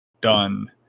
Done